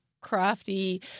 crafty